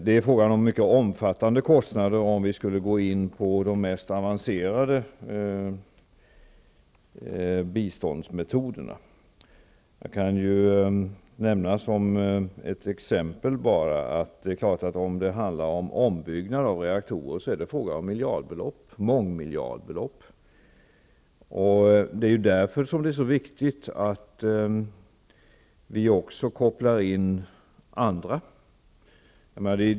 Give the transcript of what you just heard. Det är fråga om mycket omfattande kostnader, om vi går in för de mest avancerade biståndsmetoderna. Jag kan som exempel nämna att om det handlar om ombyggnad av reaktorer rör det sig om mångmiljardbelopp. Därför är det viktigt att också fler kopplas in.